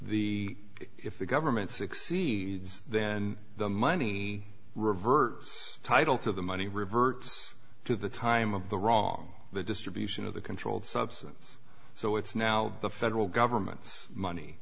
the if the government succeeds then the money reverse title to the money reverts to the time of the wrong the distribution of the controlled substance so it's now the federal government's money